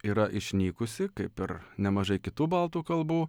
yra išnykusi kaip ir nemažai kitų baltų kalbų